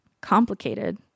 complicated